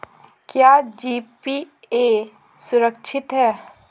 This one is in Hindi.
क्या जी.पी.ए सुरक्षित है?